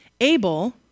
Abel